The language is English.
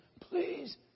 Please